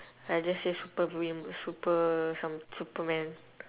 I just say super meal super somet~ superman